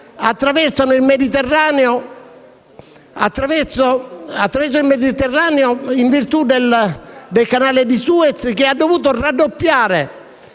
attraversano il Mediterraneo in virtù del Canale di Suez, che ha dovuto raddoppiare